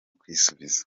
kwisubiza